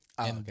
Okay